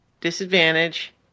disadvantage